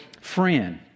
friend